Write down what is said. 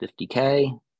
50K